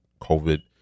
COVID